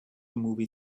movie